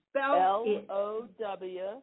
L-O-W